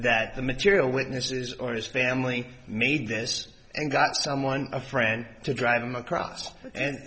that the material witnesses or his family made this and got someone a friend to drive them across and